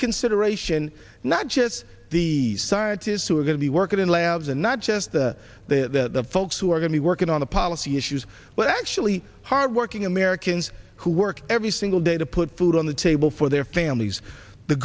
consideration not just the scientists who are going to be working in labs and not just the folks who are going to be working on the policy issues but actually hardworking americans who work every single day to put food on the table for their families the